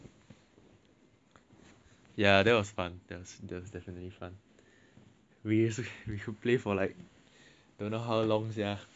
ya that was fun that that was definitely fun we we should play for like don't know how long sia